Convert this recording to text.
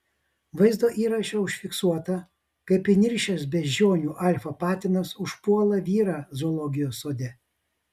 vaizdo įraše užfiksuota kaip įniršęs beždžionių alfa patinas užpuola vyrą zoologijos sode